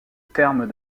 terme